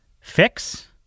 fix